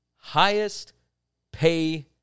highest-pay